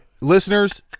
listeners